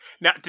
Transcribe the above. Now